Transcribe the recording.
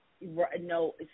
No